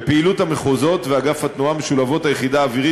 בפעילות המחוזות ואגף התנועה משולבות היחידה האווירית